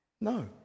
no